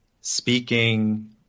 speaking